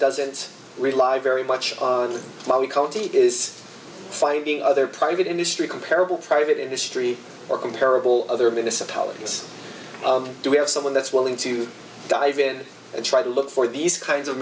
doesn't rely very much on what we call t is finding other private industry comparable private industry or comparable other municipalities do we have someone that's willing to dive in and try to look for these kinds of